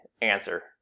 answer